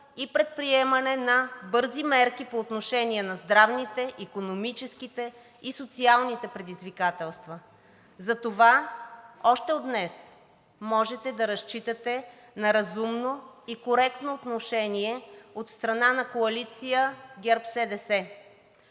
и предприемане на бързи мерки по отношение на здравните, икономическите и социалните предизвикателства. Затова още от днес можете да разчитате на разумно и коректно отношение от страна на Коалиция ГЕРБ-СДС.